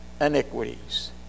iniquities